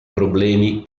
problemi